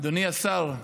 אדוני השר,